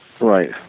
Right